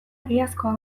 egiazkoa